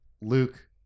Luke